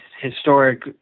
historic